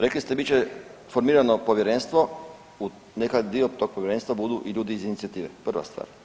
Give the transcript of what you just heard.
Rekli ste bit će formirano povjerenstvo, neka dio tog povjerenstva budu i ljudi iz inicijative, prva stvar.